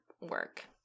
work